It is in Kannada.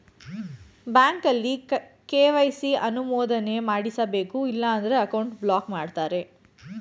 ಬ್ಯಾಂಕಲ್ಲಿ ಕೆ.ವೈ.ಸಿ ಅನುಮೋದನೆ ಮಾಡಿಸಬೇಕು ಇಲ್ಲ ಅಂದ್ರೆ ಅಕೌಂಟ್ ಬ್ಲಾಕ್ ಮಾಡ್ತಾರೆ